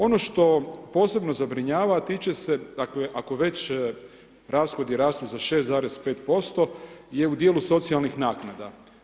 Ono što posebno zabrinjava a tiče se, dakle ako već rashodi rastu za 6,5% je u dijelu socijalnih naknada.